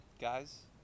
guys